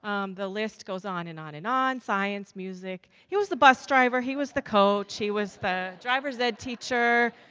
the list goes on and on and on. science, music. he was the bus driver, he was the coach, he was the drivers ed teacher.